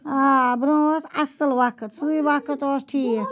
آ برونٛہہ اوس اَصل وَقت سُے وَقت اوس ٹھیک